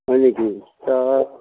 হয় নেকি এতিয়া